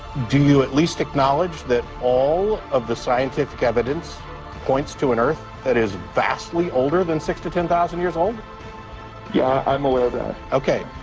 do you at least acknowledge that all of the scientific evidence points to an earth that is vastly older than six to ten thousand years old yeah, i'm and okay,